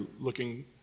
looking